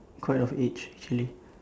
quite of age actually